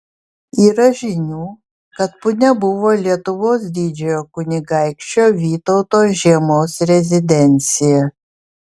yra žinių kad punia buvo lietuvos didžiojo kunigaikščio vytauto žiemos rezidencija